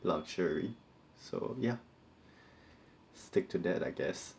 luxury so ya stick to that I guess